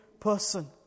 person